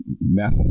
meth